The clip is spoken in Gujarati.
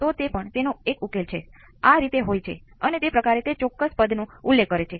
તો તે પ્રથમ ઓર્ડર માં શા માટે આવે છે